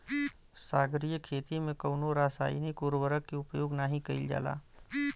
सागरीय खेती में कवनो रासायनिक उर्वरक के उपयोग नाही कईल जाला